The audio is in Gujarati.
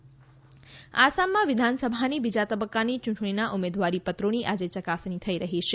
આસામ ઉમેદવારીપત્રો આસામમાં વિધાનસભાની બીજા તબક્કાની ચૂંટણીના ઉમેદવારીપત્રોની આજે યકાસણી થઈ રહી છે